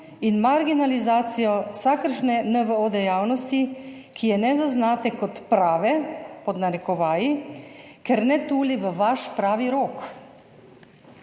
in marginalizacijo vsakršne NVO dejavnosti, ki je ne zaznate kot prave pod narekovaji, ker ne tuli v vaš pravi rok.